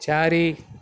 చారి